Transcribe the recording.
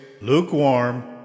lukewarm